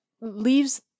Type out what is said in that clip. leaves